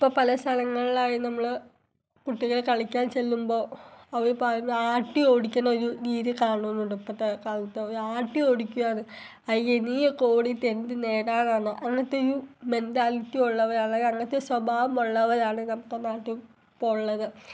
അപ്പോൾ പല സ്ഥലങ്ങളിലായി നമ്മൾ കുട്ടികൾ കളിക്കാൻ ചെല്ലുമ്പോൾ അവർ പറയുന്നു ആട്ടിയോടിക്കുന്നൊരു രീതി കാണുന്നുണ്ട് ഇപ്പോഴത്തെ കാലത്ത് അവരെ ആട്ടിയോടിക്കുകയാണ് അയ്യേ നീയൊക്കെ ഓടിയിട്ട് എന്ത് നേടാനാണ് അങ്ങനത്തെ ഒരു മെൻറാലിറ്റി ഉള്ളവരാണ് അങ്ങനത്തെ ഒരു സ്വഭാവമുള്ളവരാണ് നമ്മുടെ നാട്ടിൽ ഇപ്പോൾ ഉള്ളത്